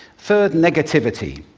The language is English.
third, negativity.